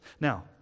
Now